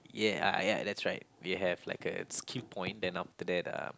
yeah ah ya that's right we have like a skill point then after that uh